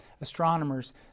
astronomers